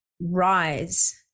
Rise